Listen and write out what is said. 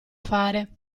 fare